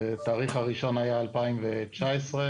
התאריך הראשון היה 2019,